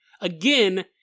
again